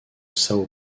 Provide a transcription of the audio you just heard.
são